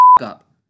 up